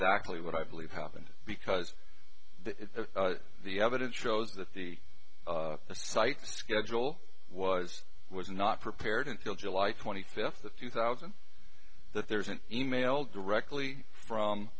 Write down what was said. exactly what i believe happened because that is the evidence shows that the site schedule was was not prepared until july twenty fifth a few thousand that there's an e mail directly from